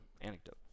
anecdote